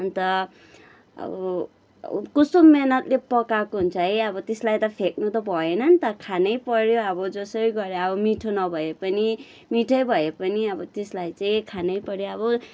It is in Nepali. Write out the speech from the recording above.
अन्त अब कस्तो मेहनतले पकाएको हुन्छ है अब त्यसलाई त फ्याँक्नु त भएन नि त खानै पऱ्यो अब जसै गरेर अब मिठो नभए पनि मिठै भए पनि अब त्यसलाई चाहिँ खानै पऱ्यो अब